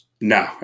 No